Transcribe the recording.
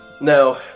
Now